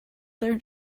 their